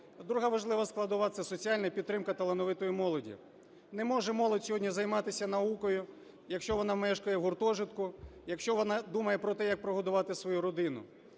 Друга важлива складова – це соціальна підтримка талановитої молоді. Не може молодь сьогодні займатися наукою, якщо вона мешкає в гуртожитку, якщо вона думає про те, як прогодувати свою родину.